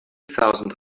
thousand